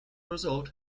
result